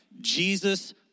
Jesus